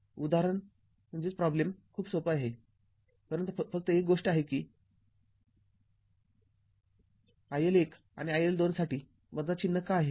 उदाहरण खूप सोपे आहे परंतु फक्त एक गोष्ट आहे कि iL १ आणि iL२ साठी चिन्ह का आहे